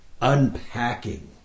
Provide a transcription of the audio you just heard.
Unpacking